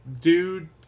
dude